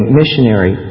missionary